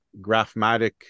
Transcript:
graphmatic